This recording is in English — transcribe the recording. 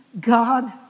God